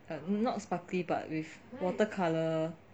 erm not sparkly but with water colour